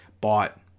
bought